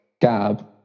Gab